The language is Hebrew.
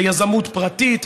ביזמות פרטית,